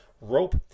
rope